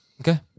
Okay